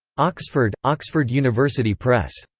oxford oxford university press.